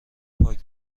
پاک